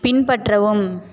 பின்பற்றவும்